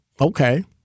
okay